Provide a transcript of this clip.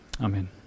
Amen